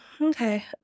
okay